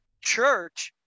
church